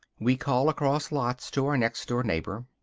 we call across lots to our next-door neighbor.